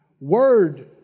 Word